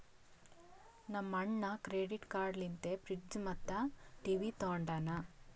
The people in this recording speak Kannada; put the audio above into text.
ನಮ್ ಅಣ್ಣಾ ಕ್ರೆಡಿಟ್ ಕಾರ್ಡ್ ಲಿಂತೆ ಫ್ರಿಡ್ಜ್ ಮತ್ತ ಟಿವಿ ತೊಂಡಾನ